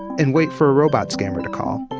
and wait for a robot scammer to call